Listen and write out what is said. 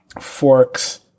Forks